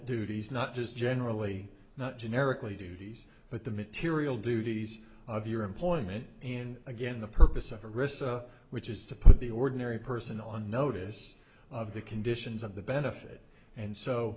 duties not just generally generically duties but the material duties of your employment and again the purpose of a risk which is to put the ordinary person on notice of the conditions of the benefit and so